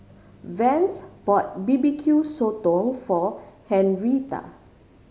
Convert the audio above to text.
Vance bought B B Q Sotong for Henrietta